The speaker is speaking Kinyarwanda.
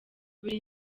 buri